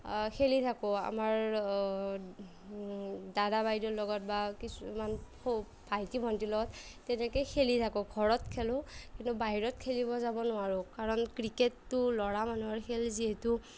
খেলি থাকোঁ আমাৰ দাদা বাইদেউৰ লগত বা কিছুমান ভাইটি ভন্টিৰ লগত তেনেকে খেলি থাকোঁ ঘৰত খেলোঁ কিন্তু বাহিৰত খেলিব যাব নোৱাৰোঁ কাৰণ ক্ৰিকেটটো ল'ৰা মানুহৰ খেল যিহেতু